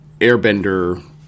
airbender